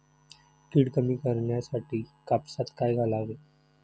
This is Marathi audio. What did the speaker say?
कीड कमी करण्यासाठी कापसात काय घालावे?